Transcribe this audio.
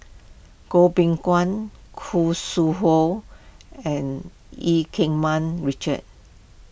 Goh Beng Kwan Khoo Sui Hoe and Eu Keng Mun Richard